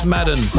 Madden